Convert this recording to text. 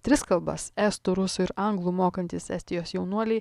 tris kalbas estų rusų ir anglų mokantys estijos jaunuoliai